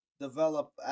develop